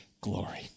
glory